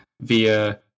via